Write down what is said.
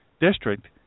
district